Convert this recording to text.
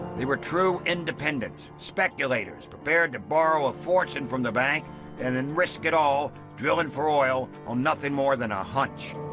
they were true independents, speculators, prepared to borrow a fortune from the bank and then risk it all drilling for oil on nothing more than a hunch.